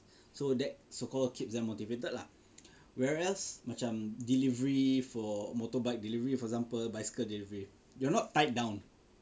so that so called keep them motivated lah whereas macam delivery for motorbike delivery for example bicycle delivery you're not tied down